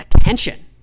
attention